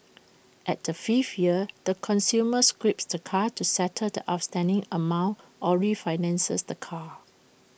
at the fifth year the consumer scraps the car to settle the outstanding amount or refinances the car